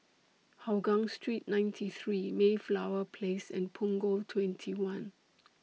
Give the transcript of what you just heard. Hougang Street ninety three Mayflower Place and Punggol twenty one